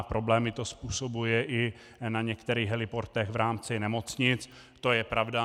Problémy to způsobuje i na některých heliportech v rámci nemocnic, to je pravda.